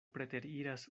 preteriras